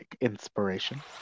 inspiration